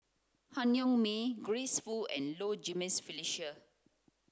Han Yong May Grace Fu and Low Jimenez Felicia